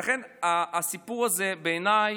ולכן, הסיפור הזה בעיניי,